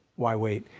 why wait,